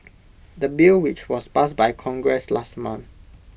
the bill which was passed by congress last month